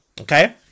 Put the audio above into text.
Okay